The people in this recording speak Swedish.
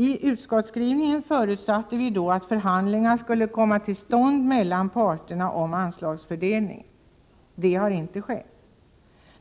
I utskottsskrivningen förutsatte vi att förhandlingar om anslagsfördelningen skulle komma till stånd mellan parterna. Det har ej skett.